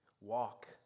walk